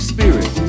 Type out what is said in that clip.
Spirit